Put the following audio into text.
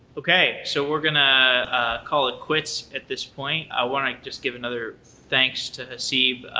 okay. so we're going to call it quits at this point. i want to just give another thanks to haseeb.